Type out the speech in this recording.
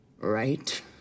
Right